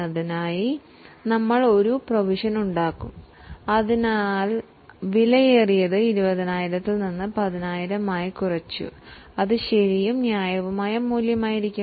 അതിനാൽ ഒന്നാമത്തെ വർഷത്തിൽ 10000 ത്തിനായി ഒരു പ്രൊവിഷൻ ചെയ്യും അങ്ങനെ മൂല്യം 20000 ൽ നിന്ന് 10000 ആയി കുറയുന്നു ഇത് ശരിയായതും ന്യായവുമായ മൂല്യമായിരിക്കും